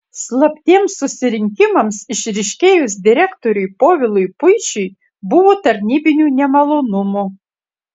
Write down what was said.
slaptiems susirinkimams išryškėjus direktoriui povilui puišiui buvo tarnybinių nemalonumų